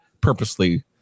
purposely